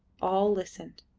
all listened.